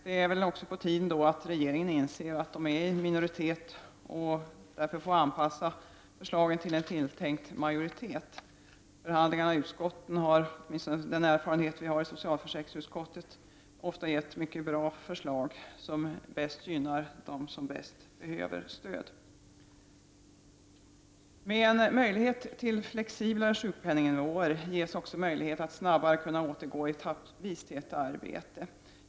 Det är väl också på tiden att regeringen inser att den är en minoritetsregering och därför får anpassa förslagen till en tilltänkt majoritet. Förhandlingarna i utskotten — åtminstone socialförsäkringsutskottet — har lett till bra förslag som gynnat dem som mest behöver stöd. Med möjlighet till flexiblare sjukpenningnivåer ges också möjlighet att snabbare återgå etappvis till arbetet.